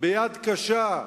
ביד קשה,